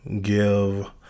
give